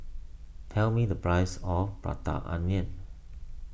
tell me the price of Prata Onion